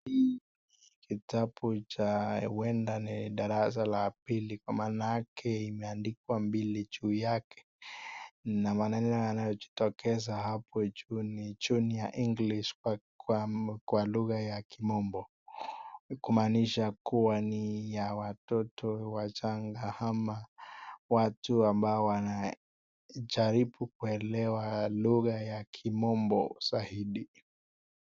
Kitabu cha huenda ni darasa la pili, kwa maanake imeandikwa mbili juu yake. Na maneno yanayojitokeza hapo juu ni Junior English kwa lugha ya kimombo. Kumaanisha kuwa ni ya watoto wachanga ama watu ambao wanajaribu kuelewa lugha ya kimombo zaidi.